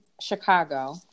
Chicago